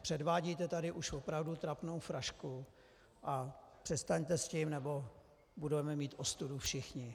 Předvádíte tady už opravdu trapnou frašku a přestaňte s tím nebo budeme mít ostudu všichni.